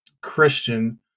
Christian